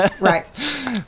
Right